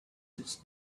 sits